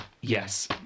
Yes